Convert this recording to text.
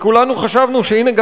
וכולנו חשבנו שהנה,